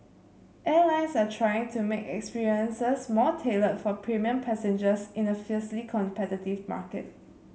airlines are trying to make experiences more tailored for premium passengers in a fiercely competitive market